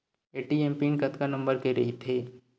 ATM PIN कतका number के रही थे?